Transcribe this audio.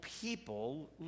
people